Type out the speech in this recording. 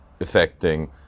affecting